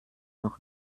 noch